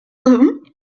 them